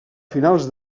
finals